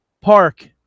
Park